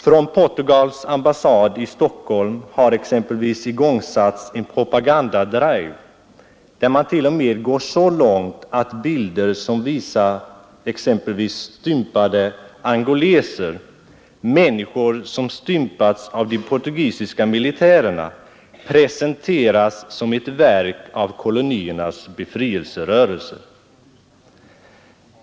Från Portugals ambassad i Stockholm har exempelvis igångsatts en propagandadrive, där man t.o.m. går så långt att bilder, som visar stympade angoleser, människor som stympats av de portugisiska militärerna, presenteras som ett verk av koloniernas befrielserörelser.